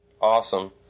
Awesome